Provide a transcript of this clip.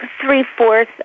three-fourths